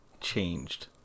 changed